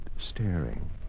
staring